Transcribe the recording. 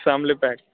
family pack